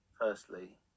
Firstly